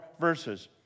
verses